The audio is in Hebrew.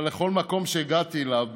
אבל לכל מקום שהגעתי אליו,